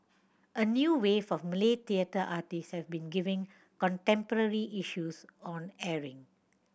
a new wave of Malay theatre artists has been giving contemporary issues on airing